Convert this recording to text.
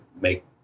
make